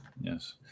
Yes